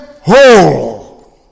whole